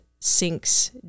sinks